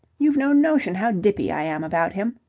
you've no notion how dippy i am about him.